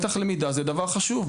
מתח למידה זה דבר חשוב,